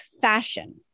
fashion